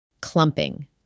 Clumping